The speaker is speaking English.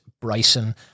bryson